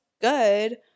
good